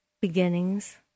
beginnings